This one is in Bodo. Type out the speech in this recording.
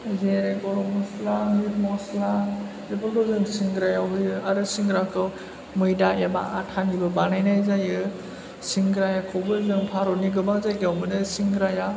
जेरै गरम मस्ला मिट मस्ला बेफोरखौ जों सिंग्रायाव होयो आरो सिंग्राखौ मैदा एबा आथानिबो बानायनाय जायो सिंग्राखौबो जों भारतनि गोबां जायगायाव मोनो सिंग्राया